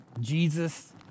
Jesus